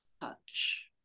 touch